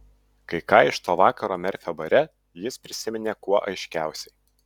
kai ką iš to vakaro merfio bare jis prisiminė kuo aiškiausiai